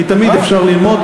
כי תמיד אפשר ללמוד,